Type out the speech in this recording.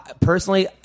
Personally